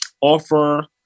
offer